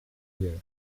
year